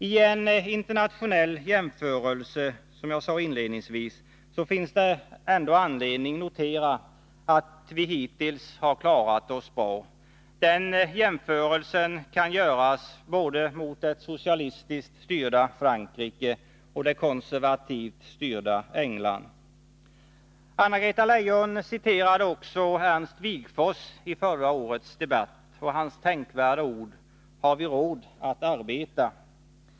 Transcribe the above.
I en internationell jämförelse finns det, som jag sade inledningsvis, anledning notera att vi hittills har klarat oss bra. Den jämförelsen kan göras både mot det socialistiskt styrda Frankrike och det konservativt styrda England. Anna-Greta Leijon citerade också Ernst Wigforss i förra årets debatt och hans tänkvärda ord ”Har vi råd att arbeta?”.